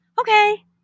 okay